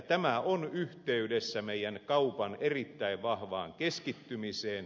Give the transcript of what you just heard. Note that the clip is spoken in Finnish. tämä on yhteydessä meidän kaupan erittäin vahvaan keskittymiseen